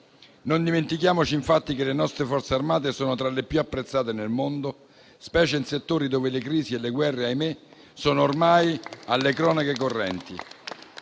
Non dimentichiamoci infatti che le nostre Forze armate sono tra le più apprezzate nel mondo, specie in settori dove le crisi e le guerre - ahimè - sono ormai alle cronache correnti.